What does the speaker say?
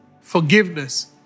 forgiveness